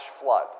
flood